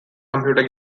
computer